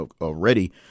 already